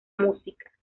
música